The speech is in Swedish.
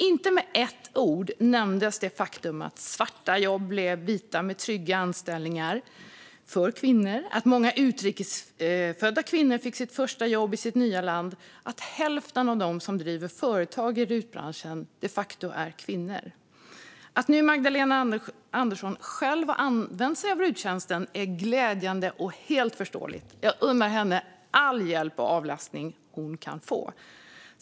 Inte med ett ord nämndes det faktum att svarta jobb blev vita med trygga anställningar för kvinnor, att många utrikes födda kvinnor fick sitt första jobb i sitt nya land eller att hälften av dem som driver företag i rutbranschen de facto är kvinnor. Att Magdalena Andersson nu själv har använt sig av ruttjänsten är glädjande och helt förståeligt. Jag unnar henne all hjälp och avlastning hon kan få.